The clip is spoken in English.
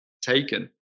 taken